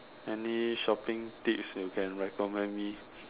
any shopping tips you can recommend me